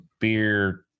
beer